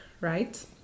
Right